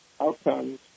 outcomes